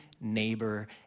neighbor